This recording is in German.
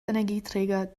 energieträger